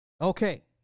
okay